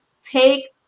take